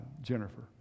Jennifer